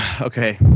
Okay